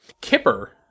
Kipper